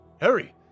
Hurry